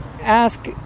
ask